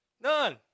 None